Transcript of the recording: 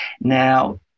Now